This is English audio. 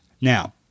Now